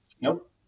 Nope